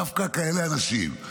דווקא אנשים כאלה,